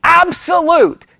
absolute